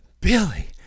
Billy